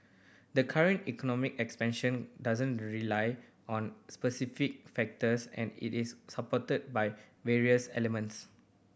the current economic expansion doesn't rely on specific factors and it is supported by various elements